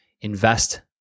invest